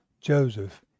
Joseph